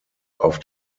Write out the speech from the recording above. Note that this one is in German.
auf